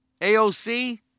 AOC